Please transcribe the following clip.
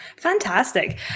Fantastic